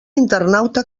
internauta